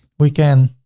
we can,